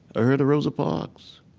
i heard of rosa parks.